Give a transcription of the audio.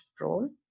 role